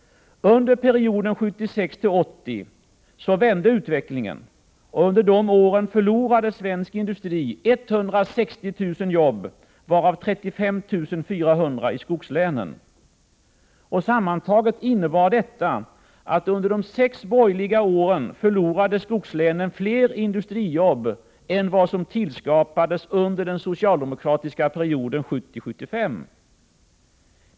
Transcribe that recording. Under perioden 1976-1980 vände utvecklingen. Under de åren förlorade svensk industri 160 000 jobb, varav 35 400 i skogslänen. Sammantaget innebär detta att skogslänen under de sex borgerliga åren förlorade fler industriarbeten än vad som tillskapades under den socialdemokratiska perioden 1970-1975.